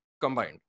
combined